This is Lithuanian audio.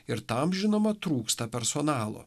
ir tam žinoma trūksta personalo